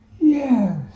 Yes